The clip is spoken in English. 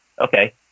okay